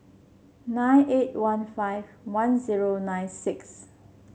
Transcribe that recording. nine eight one five one zero nine six